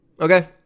Okay